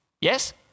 Yes